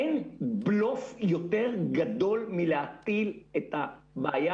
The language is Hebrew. אין בלוף יותר גדול מלהטיל את הבעיה